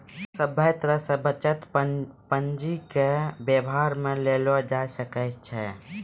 सभे तरह से बचत पंजीके वेवहार मे लेलो जाय सकै छै